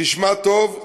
תשמע טוב,